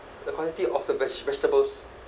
the quantity of the veg~ vegetables